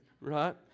right